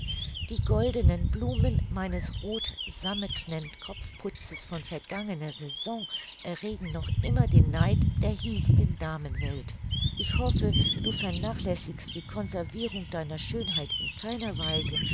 die goldenen blumen meines rothsammetnen kopfputzes von vergangener saison erregen noch immer den neid der hiesigen damenwelt ich hoffe du vernachlässigst die conservirung deiner schönheit in keiner weise